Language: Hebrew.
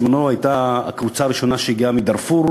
בזמני הגיעה הקבוצה הראשונה מדארפור,